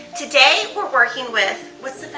today we're working with, what's